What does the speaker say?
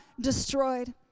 destroyed